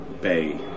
bay